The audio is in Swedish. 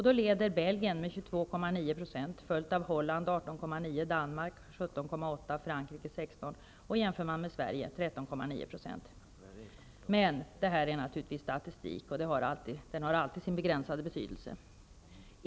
Då leder Belgien med 22,9 %, följt av Holland med Men detta är alltså statistik, och den har alltid sin begränsade betydelse.